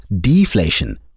deflation